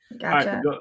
Gotcha